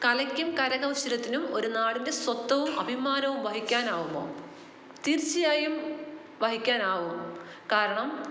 കലക്കും കരകൗശലത്തിനും ഒരു നാടിന്റെ സ്വത്തവും അഭിമാനവും വഹിക്കാനാകുമോ തീർച്ചയായും വഹിക്കാനാവും കാരണം